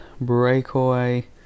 breakaway